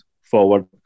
forward